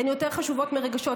הן יותר חשובות מרגשות,